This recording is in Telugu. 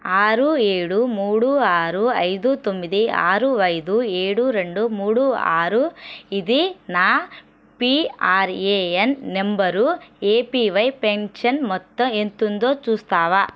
ఆరు ఏడు మూడు ఆరు ఐదు తొమ్మిది ఆరు ఐదు ఏడు రెండు మూడు ఆరు ఇది నా పిఆర్ఎన్ నెంబరు ఏపివై పెన్షన్ మొత్తం ఎంతుందో చూస్తావా